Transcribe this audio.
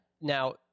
Now